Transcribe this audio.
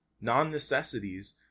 non-necessities